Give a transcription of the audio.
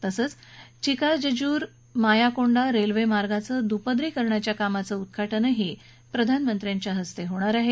तसंच चिक्काजजूर मायाकोंडा रेल्वे मार्गाचं दुपरीकरणाच्या कामाचं उद्वाटनही मोदी यांच्या हस्ते होणार आहे